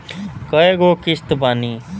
कय गो किस्त बानी?